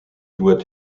doit